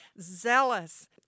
zealous